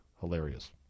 hilarious